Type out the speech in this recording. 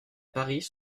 paris